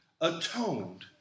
atoned